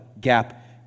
gap